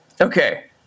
Okay